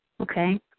okay